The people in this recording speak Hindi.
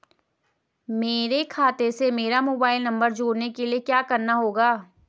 मेरे खाते से मेरा मोबाइल नम्बर जोड़ने के लिये क्या करना होगा?